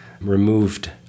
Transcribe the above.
removed